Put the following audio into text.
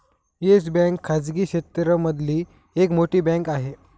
yes Bank खाजगी क्षेत्र मधली एक मोठी बँक आहे